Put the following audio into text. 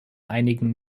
einigen